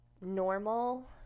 normal